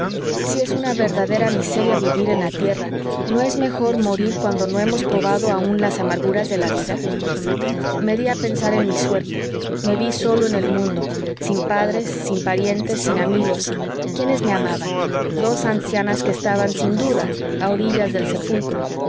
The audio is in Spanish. si es una verdadera miseria vivir en la tierra no es mejor morir cuando no hemos probado aún las amarguras de la vida me dí a pensar en mi suerte me ví solo en el mundo sin padres sin parientes sin amigos quiénes me amaban dos ancianas que estaban sin duda a orillas del sepulcro